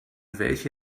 welche